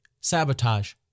sabotage